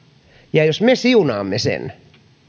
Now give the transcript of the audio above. ja jos me siunaamme sen